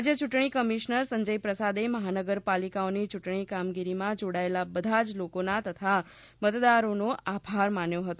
રાજ્ય યૂંટણી કમીશનર સંજય પ્રસાદે મહાનગરપાલિકાઓની યૂંટણી કામગીરીમાં જોડાયેલા બધા જ લોકોના તથા મતદારોનો આભાર માન્યો હતો